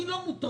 אני לא מוטרד